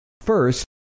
First